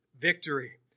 victory